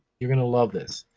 you're gonna love this.